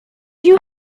you